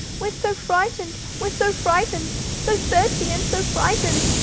we're so frightened! we're so frightened! so thirsty and so frightened!